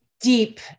deep